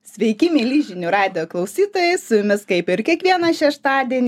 sveiki mieli žinių radijo klausytojai su jumis kaip ir kiekvieną šeštadienį